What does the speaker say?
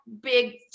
big